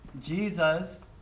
Jesus